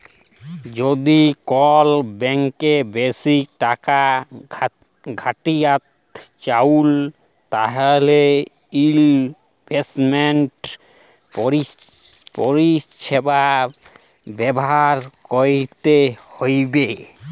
যদি কল ব্যাংকে বেশি টাকা খ্যাটাইতে চাউ তাইলে ইলভেস্টমেল্ট পরিছেবা ব্যাভার ক্যইরতে হ্যবেক